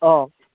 অঁ